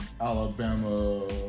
Alabama